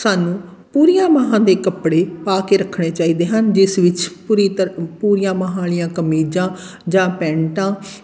ਸਾਨੂੰ ਪੂਰੀਆਂ ਬਾਹਾਂ ਦੇ ਕੱਪੜੇ ਪਾ ਕੇ ਰੱਖਣੇ ਚਾਹੀਦੇ ਹਨ ਜਿਸ ਵਿੱਚ ਪੂਰੀ ਤ ਪੂਰੀਆਂ ਬਾਹਾਂ ਵਾਲ਼ੀਆਂ ਕਮੀਜ਼ਾਂ ਜਾਂ ਪੈਂਟਾਂ